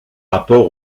rapport